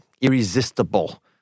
irresistible